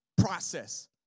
process